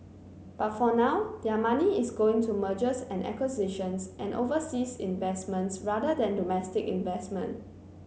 but for now their money is going to mergers and acquisitions and overseas investment rather than domestic investment